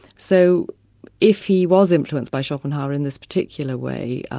so if he was influenced by schopenhauer in this particular way,